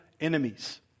enemies